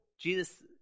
Jesus